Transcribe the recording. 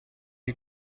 you